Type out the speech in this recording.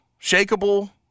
shakable